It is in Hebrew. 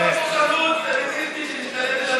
זה במסגרת אותה כוחנות פמיניסטית שמשתלטת,